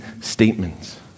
statements